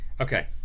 Okay